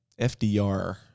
FDR